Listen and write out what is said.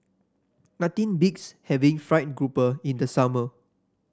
nothing beats having fried grouper in the summer